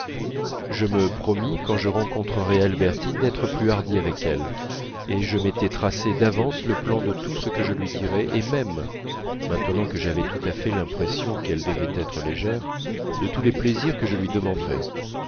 je me promis quand je rencontrerais albertine d'être plus hardi avec elle et je m'étais tracé d'avance le plan de tout ce que je lui dirais et même maintenant que j'avais tout à fait l'impression qu'elle devait être légère de tous les plaisirs que je lui demanderais